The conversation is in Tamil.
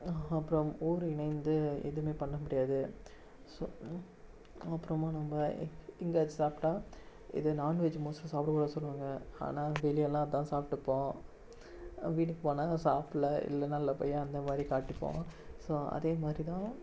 அப்புறம் ஊர் இணைந்து எதுவுமே பண்ண முடியாது ஸோ அப்புறமா நம்ம இங்கே சாப்பிட்டா இது நான்வெஜி மோஸ்ட்டாக சாப்பிடக்கூடாதுனு சொல்லுவாங்க ஆனால் வெளியெல்லாம் அதுதான் சாப்பிட்டுப்போம் வீட்டுக்கு போனால் சாப்பில்ல இல்லை நல்ல பையன் அந்த மாதிரி காட்டிப்போம் ஸோ அதே மாதிரி தான்